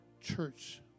church